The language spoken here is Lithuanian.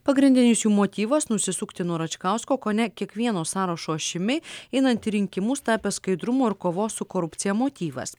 pagrindinis jų motyvas nusisukti nuo račkausko kone kiekvieno sąrašo ašimi einant į rinkimus tapęs skaidrumo ir kovos su korupcija motyvas